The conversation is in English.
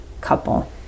couple